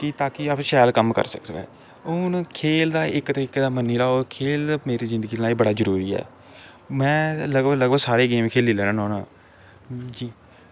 कि ताकि अस शैल कम्म करी सकचै हून खेल दा इक तरीकै दा मन्नी लैओ खेल मेरी जिंदगी ताईं बड़ा जरूरी ऐ में लगभग लगभग सारी गेम खेली लैना होन्ना जि